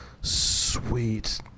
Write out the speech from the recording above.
sweet